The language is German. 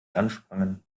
ansprangen